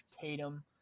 Tatum